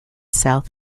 south